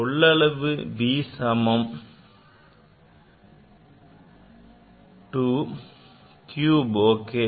கொள்ளளவு v சமம் to a cube